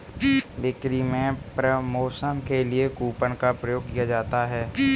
बिक्री में प्रमोशन के लिए कूपन का प्रयोग किया जाता है